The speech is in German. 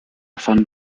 von